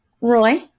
Roy